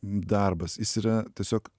darbas jis yra tiesiog